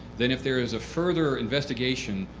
then if there is a further investigation,